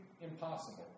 impossible